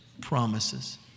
promises